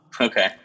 Okay